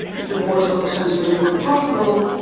divorce was essentially made impossible.